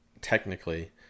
technically